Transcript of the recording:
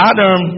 Adam